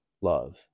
love